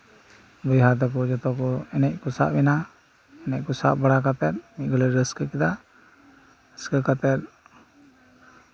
ᱵᱚᱭᱦᱟ ᱛᱟᱠᱚ ᱡᱚᱛᱚ ᱠᱚ ᱮᱱᱮᱡ ᱠᱚ ᱥᱟᱵ ᱮᱱᱟ ᱮᱱᱮᱡ ᱠᱚ ᱥᱟᱵ ᱵᱟᱲᱟ ᱠᱟᱛᱮᱫ ᱢᱤᱫᱜᱷᱟᱹᱲᱤ ᱠᱚ ᱨᱟᱹᱥᱠᱟᱹ ᱠᱮᱫᱟ ᱨᱟᱹᱥᱠᱟᱹ ᱠᱟᱛᱮᱫ